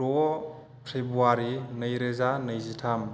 द' फेब्रुवारि नैरोजा नैजिथाम